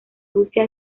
rusia